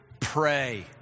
pray